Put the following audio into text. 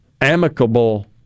amicable